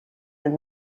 that